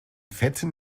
fetten